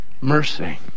Mercy